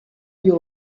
you